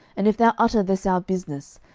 and if thou utter this our business,